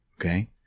okay